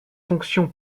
fonction